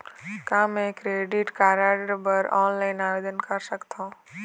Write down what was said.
का मैं credit card बर ऑनलाइन आवेदन कर सकथों?